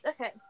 okay